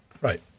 Right